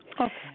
Okay